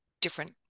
different